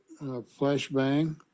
Flashbang